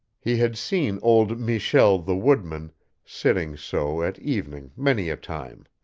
he had seen old michel the woodman sitting so at evening many a time.